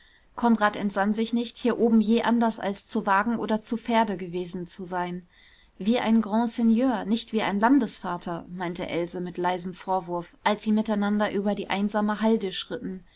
konrad entsann sich nicht hier oben je anders als zu wagen oder zu pferde gewesen zu sein wie ein grandseigneur nicht wie ein landesvater meinte else mit leisem vorwurf als sie miteinander über die einsame halde schritten